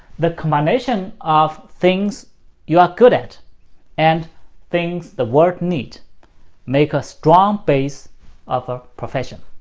the combination of things you are good at and things the world need make a strong base of a profession.